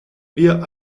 wir